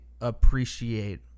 appreciate